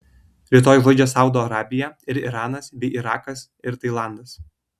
rytoj žaidžia saudo arabija ir iranas bei irakas ir tailandas